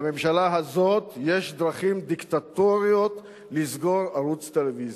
לממשלה הזאת יש דרכים דיקטטוריות לסגור ערוץ טלוויזיה.